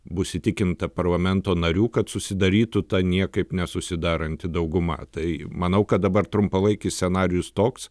bus įtikinta parlamento narių kad susidarytų ta niekaip nesusidaranti dauguma tai manau kad dabar trumpalaikis scenarijus toks